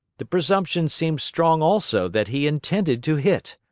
the presumption seems strong also that he intended to hit.